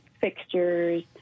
fixtures